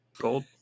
gold